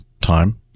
time